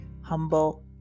humble